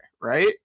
right